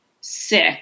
sick